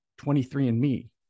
23andMe